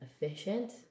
efficient